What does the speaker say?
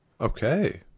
okay